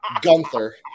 Gunther